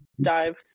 dive